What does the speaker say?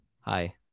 hi